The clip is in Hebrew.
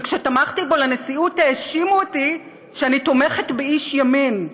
שכשתמכתי בו לנשיאות האשימו אותי שאני תומכת באיש ימין,